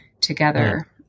together